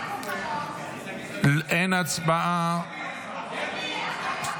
לאופוזיציה אין הסכמות עם הממשלה.